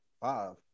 five